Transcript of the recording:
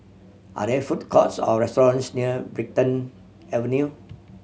are there food courts or restaurants near Brighton Avenue